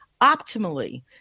optimally